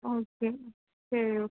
okay சரி